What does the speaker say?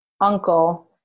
uncle